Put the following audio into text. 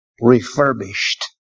refurbished